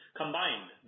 Combined